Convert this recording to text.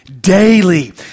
Daily